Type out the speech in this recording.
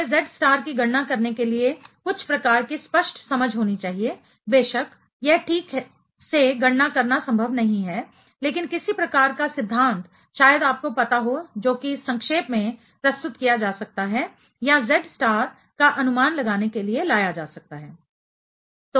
हमें Z star की गणना करने के लिए कुछ प्रकार की स्पष्ट समझ होनी चाहिए बेशक यह ठीक से गणना करना संभव नहीं है लेकिन किसी प्रकार का सिद्धांत शायद आपको पता हो जोकि संक्षेप में प्रस्तुत किया जा सकता है या Z स्टार का अनुमान लगाने के लिए लाया जा सकता है